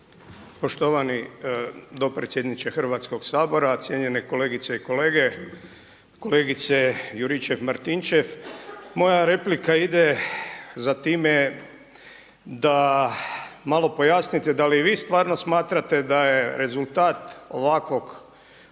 Poštovani dopredsjedniče Hrvatskog sabora, cijenjene kolegice i kolege. Kolegice Juričev-Martinčev. Moja replika ide za time da malo pojasnite da li vi stvarno smatrate daje rezultat ovakvih